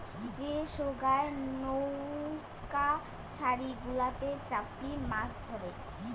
যে সোগায় নৌউকা ছারি গুলাতে চাপি মাছ ধরে